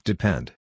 Depend